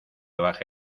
baje